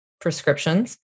prescriptions